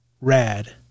Rad